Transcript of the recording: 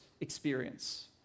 experience